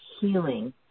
healing